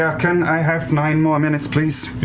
ah can i have nine more minutes, please?